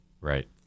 Right